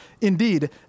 Indeed